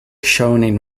shown